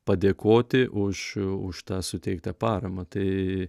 padėkoti už už tą suteiktą paramą tai